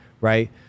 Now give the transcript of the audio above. right